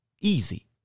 Easy